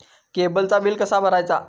केबलचा बिल कसा भरायचा?